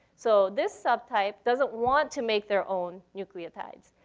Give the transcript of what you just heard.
so this subtype doesn't want to make their own nucleotides.